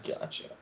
gotcha